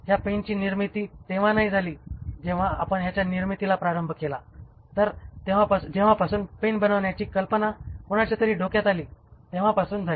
ह्या पेनची निर्मिती तेव्हा नाही झाली तर जेव्हापासून पेन बनवण्याची कल्पना कोणाच्या तरी डोक्यात आली तेव्हापासून झाली